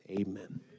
Amen